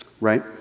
Right